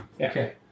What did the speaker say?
okay